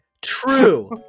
True